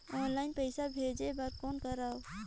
Online पईसा भेजे बर कौन करव?